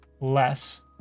less